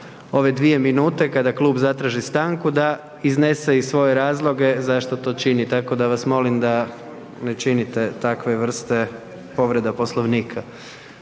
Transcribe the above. ove dvije minute kada klub zatraži stanku da iznese i svoje razloge zašto to čini, tako da vas molim da ne činite takve vrste povrede Poslovnika.